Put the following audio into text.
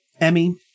Emmy